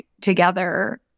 together